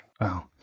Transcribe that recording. Wow